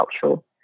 cultural